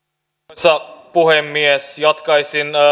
arvoisa puhemies jatkaisin